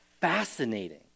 fascinating